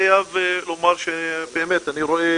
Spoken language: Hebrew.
גם לחברתי ניבין אבו רחמון על היוזמה ובאמת גם